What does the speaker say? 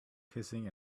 kissing